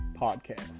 Podcast